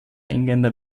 engländer